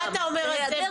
מה אתה אומר על זה,